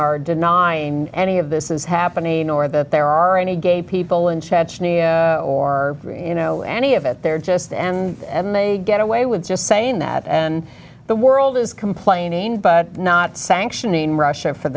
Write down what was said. are denying any of this is happening or that there are any gay people in chechnya or you know any of it they're just and may get away with just saying that and the world is complaining but not sanctioning russia for